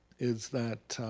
is that